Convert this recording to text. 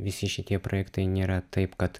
visi šitie projektai nėra taip kad